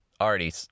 already